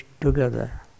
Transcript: together